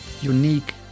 unique